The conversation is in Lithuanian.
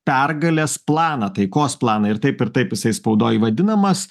pergalės planą taikos planą ir taip ir taip jisai spaudoj vadinamas